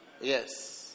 Yes